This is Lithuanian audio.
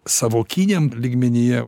sąvokiniam lygmenyje